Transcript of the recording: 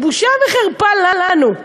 בושה וחרפה לנו.